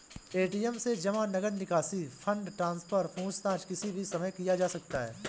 ATM से जमा, नकद निकासी, फण्ड ट्रान्सफर, पूछताछ किसी भी समय किया जा सकता है